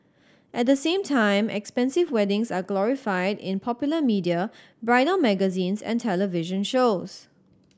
at the same time expensive weddings are glorified in popular media bridal magazines and television shows